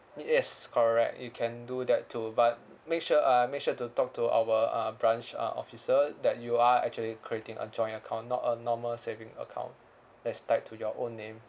y~ yes correct you can do that too but make sure uh make sure to talk to our uh branch uh officer that you are actually creating a joint account not a normal saving account that's tied to your own name